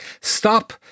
stop